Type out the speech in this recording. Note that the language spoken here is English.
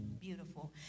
beautiful